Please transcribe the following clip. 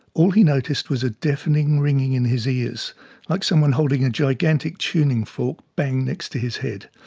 all he noticed was a deafening ringing in his ears like someone holding a gigantic tuning fork bang next to his head.